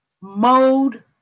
mode